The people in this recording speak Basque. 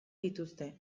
dituzte